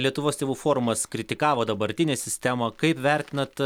lietuvos tėvų forumas kritikavo dabartinę sistemą kaip vertinat